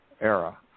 era